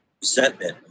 resentment